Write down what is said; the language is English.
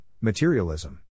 Materialism